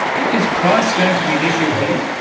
is price going to be an issue here?